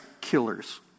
killers